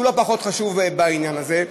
שהוא לא פחות חשוב בעניין הזה,